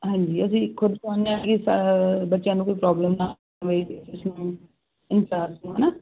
ਹਾਂਜੀ ਅਸੀਂ ਖੁਦ ਚਾਹੁੰਨੇ ਆ ਕੀ ਬੱਚਿਆਂ ਨੂੰ ਕੋਈ ਪ੍ਰੋਬਲਮ ਨਾ ਹੋਵੇ ਨਾ ਹਨਾ